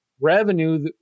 revenue